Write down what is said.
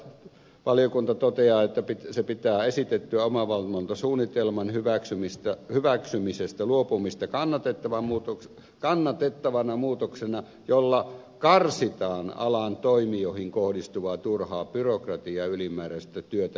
valiokunta toteaa että se pitää esitettyä omavalvontasuunnitelman hyväksymisestä luopumista kannatettavana muutoksena jolla karsitaan alan toimijoihin kohdistuvaa turhaa byrokratiaa ja ylimääräistä työtä